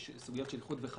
יש סוגיות של איחוד וחלוקה.